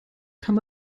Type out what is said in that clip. kann